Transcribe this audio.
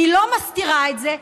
היא לא מסתירה את זה.